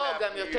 גם יותר